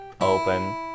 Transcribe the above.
open